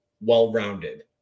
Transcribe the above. well-rounded